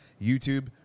YouTube